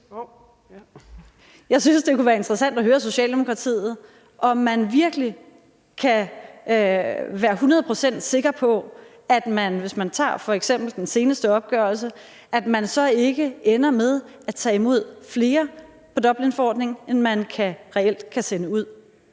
Jeg synes, det kunne være interessant at høre Socialdemokratiet, om man virkelig kan være hundrede procent sikker på, at man så ikke ender med at tage imod flere på Dublinforordningen, end man reelt kan sende ud.